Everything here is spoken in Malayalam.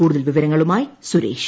കൂടുതൽ വിവരങ്ങളുമായി സുരേഷ്